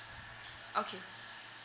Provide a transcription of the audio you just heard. okay